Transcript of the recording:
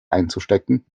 einzustecken